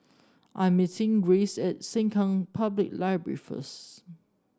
I'm meeting Rance at Sengkang Public Library first